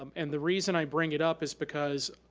um and the reason i bring it up is because,